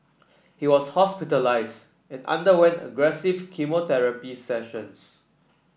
he was hospitalised and underwent aggressive chemotherapy sessions